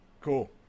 Cool